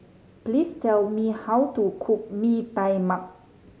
please tell me how to cook Mee Tai Mak